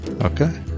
Okay